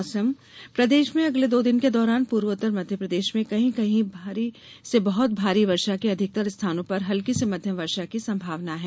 मौसम प्रदेश अगले दो दिन के दौरान पूर्वोत्तर मध्यप्रदेश में कहीं कहीं भारी से बहुत भारी वर्षा के साथ अधिकतर स्थानों पर हलकी से मध्यम वर्षा की संभावना है